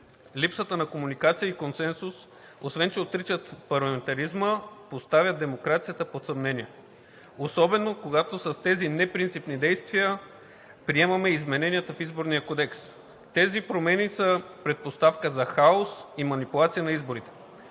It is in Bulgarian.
Липсата на комуникация и консенсус, освен че отричат парламентаризма, поставят демокрацията под съмнение. Особено, когато с тези непринципни действия приемаме изменения в Изборния кодекс. Тези промени са предпоставка за хаос и манипулация на изборите.